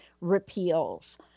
repeals